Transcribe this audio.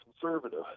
conservative